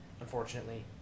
unfortunately